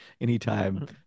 anytime